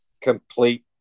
complete